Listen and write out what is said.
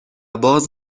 باز